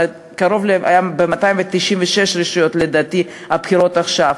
בקרוב ל-296 רשויות לדעתי היו בחירות עכשיו,